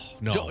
no